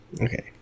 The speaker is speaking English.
okay